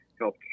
help